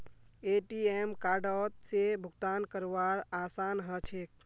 ATM कार्डओत से भुगतान करवार आसान ह छेक